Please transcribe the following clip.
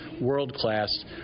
world-class